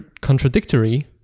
contradictory